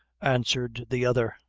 answered the other,